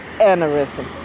aneurysm